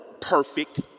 perfect